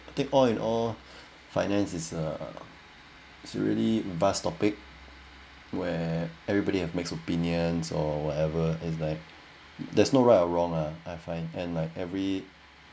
I think all and all finance is a is a really bus topic where everybody have makes opinions or whatever is like there's no right or wrong lah I find and like every